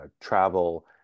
travel